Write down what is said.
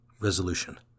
Resolution